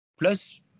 plus